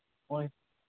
ꯍꯣꯏ